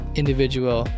individual